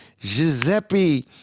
Giuseppe